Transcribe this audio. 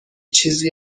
چیزی